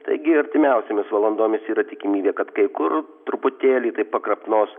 taigi artimiausiomis valandomis yra tikimybė kad kai kur truputėlį taip pakrapnos